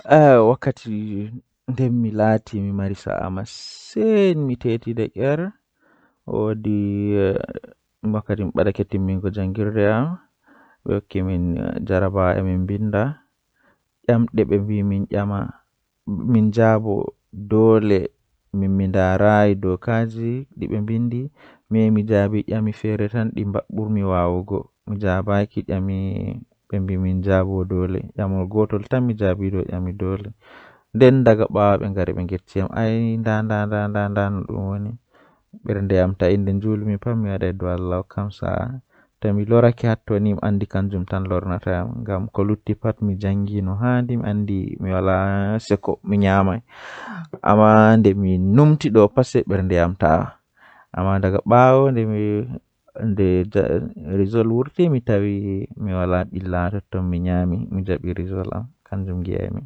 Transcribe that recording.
Mi buri yiduki nyamdu beldum on ngam dow nyamduuji jei burdaa yiduki ndikkina am nyamdu beldum.